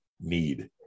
Need